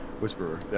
whisperer